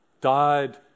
died